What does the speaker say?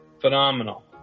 Phenomenal